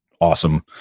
awesome